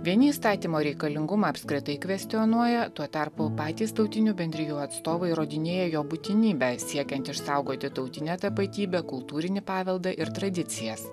vieni įstatymo reikalingumą apskritai kvestionuoja tuo tarpu patys tautinių bendrijų atstovai įrodinėja būtinybę siekiant išsaugoti tautinę tapatybę kultūrinį paveldą ir tradicijas